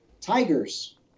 tigers